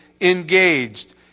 engaged